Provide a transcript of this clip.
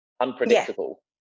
unpredictable